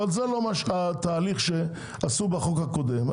אבל זה לא התהליך שעשו בחוק הקודם.